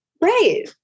Right